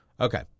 okay